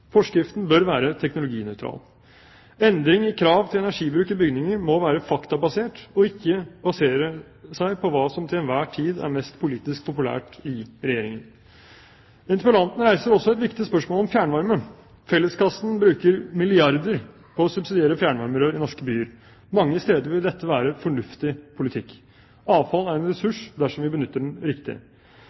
Forskriften bør være teknologinøytral. Endring i krav til energibruk i bygninger må være faktabasert – ikke basert på hva som til enhver tid er mest politisk populært i Regjeringen. Interpellanten reiser også et viktig spørsmål om fjernvarme. Felleskassen bruker milliarder på å subsidiere fjernvarmerør i norske byer. Mange steder vil dette være en fornuftig politikk. Avfall er en ressurs dersom vi benytter den